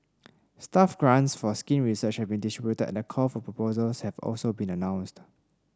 staff grants for skin research have been distributed and a call for proposals has been announced